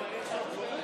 בעד,